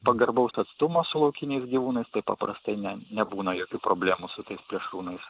pagarbaus atstumo su laukiniais gyvūnais tai paprastai ne nebūna jokių problemų su tais plėšrūnais